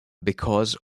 because